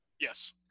Yes